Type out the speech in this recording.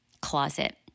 closet